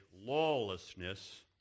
lawlessness